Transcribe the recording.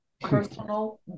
personal